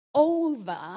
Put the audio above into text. over